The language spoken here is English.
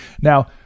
Now